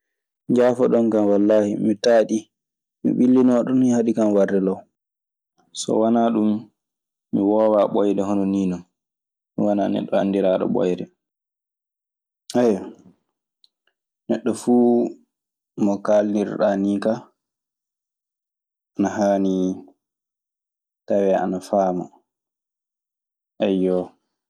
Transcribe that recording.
Njaafo ɗon kan wallaahi mi taaɗii. Mi ɓillinooɗo, ɗun nii haɗi kan warde law. So wanaa ɗun mi woowaa ɓooyde hono nii non. Mi wanaa neɗɗo anndiraaɗo ɓooyde. Neɗɗo fuu mo kaalnirɗaa nii ka na haani tawee ana faama. Eyyoo.